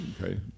okay